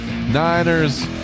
Niners